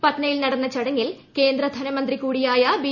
പട്നയിൽ നടന്ന ചടങ്ങിൽ കേന്ദ്ര ധനമന്ത്രി കൂടിയായ ബി